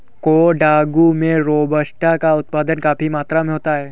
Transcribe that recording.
कोडागू में रोबस्टा का उत्पादन काफी मात्रा में होता है